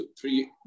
three